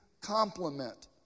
complement